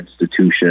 institution